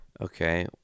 Okay